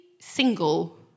single